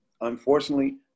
unfortunately